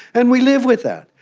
and we live with that,